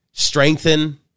Strengthen